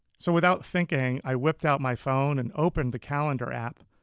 so without thinking, i whipped out my phone and opened the calendar app.